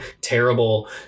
terrible